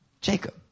Jacob